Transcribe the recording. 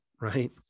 right